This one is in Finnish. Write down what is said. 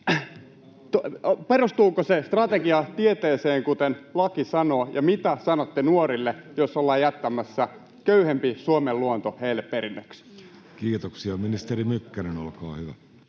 Perustuuko se strategia tieteeseen, kuten laki sanoo, ja mitä sanotte nuorille, jos ollaan jättämässä köyhempi Suomen luonto heille perinnöksi? Kiitoksia. — Ministeri Mykkänen, olkaa hyvä.